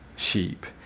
sheep